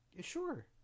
Sure